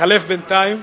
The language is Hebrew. התחלף בינתיים.